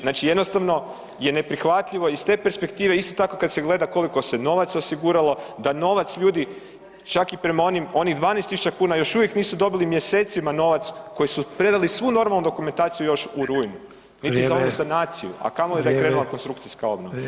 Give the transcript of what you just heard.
Znači jednostavno je neprihvatljivo iz te perspektive isto tako kada se gleda koliko se novaca osiguralo da novac ljudi čak i prema onih 12 tisuća kuna još uvijek nisu dobili mjesecima novac koji su predali svu normalnu dokumentaciju još u rujnu, niti za ovu sanaciju a kamoli da je krenula konstrukcijska obnova.